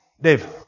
Dave